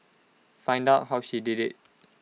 find out how she did IT